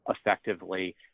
effectively